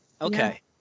Okay